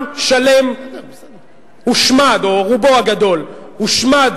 עם שלם הושמד, או רובו הגדול הושמד